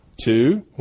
Two